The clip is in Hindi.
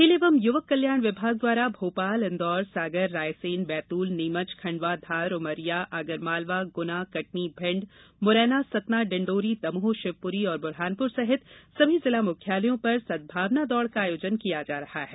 खेल एवं युवक कल्याण विभाग द्वारा भोपाल इन्दौर सागर रायसेन बैतूल नीमच खंडवा धार उमरिया आगरमालवा गुना कटनी भिंड मुरैना सतना डिण्डोरी दमोह शिवपुरी और बुरहानपुर सहित सभी जिला मुख्यालयों पर सद्भावना दौड़ का आयोजन किया गया है